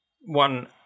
One